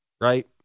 right